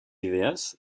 idees